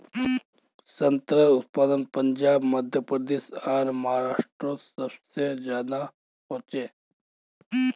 संत्रार उत्पादन पंजाब मध्य प्रदेश आर महाराष्टरोत सबसे ज्यादा होचे